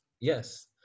yes